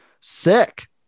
sick